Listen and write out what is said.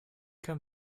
come